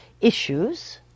issues